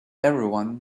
everyone